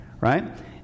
right